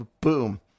boom